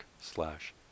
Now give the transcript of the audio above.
slash